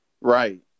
Right